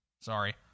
Sorry